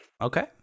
Okay